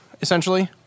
essentially